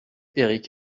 éric